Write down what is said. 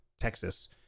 Texas